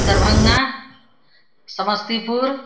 Darbhanga Samastipur